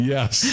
Yes